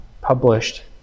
published